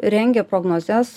rengia prognozes